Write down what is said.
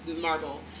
marble